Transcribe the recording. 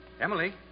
Emily